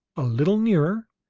a little nearer,